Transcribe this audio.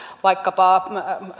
vaikkapa